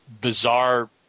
bizarre